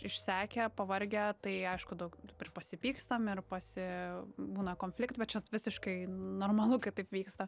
išsekę pavargę tai aišku daug ir pasipykstam ir pasi būna konflikt bet čia visiškai normalu kad taip vyksta